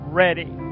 ready